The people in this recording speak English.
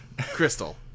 Crystal